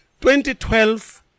2012